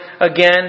again